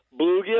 bluegill